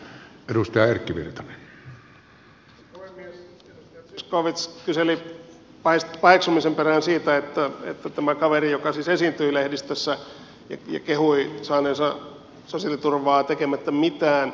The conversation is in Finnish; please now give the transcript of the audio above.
edustaja zyskowicz kyseli paheksumisen perään siitä että tämä kaveri joka siis esiintyi lehdistössä ja kehui saaneensa sosiaaliturvaa tekemättä mitään aiheuttaako se närkästystä